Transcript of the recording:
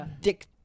Dick